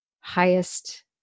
highest